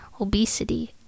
obesity